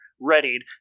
readied